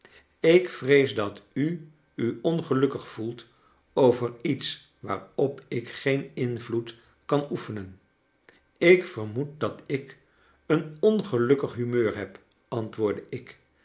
ik vxees dat u u ongelukkig voelt over iets waarop ik geen invloed kan oefenen ik vermoed dat ik een ongelukkig humeur heb antwoordde ik